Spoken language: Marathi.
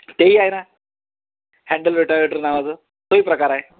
तेही आहे ना हँडल रोटावेटर नावाचं तोही प्रकार आहे